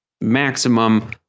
maximum